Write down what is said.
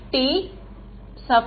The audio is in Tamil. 0x2